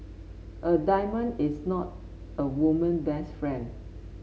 a diamond is not a woman best friend